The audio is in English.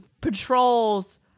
patrols